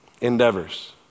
endeavors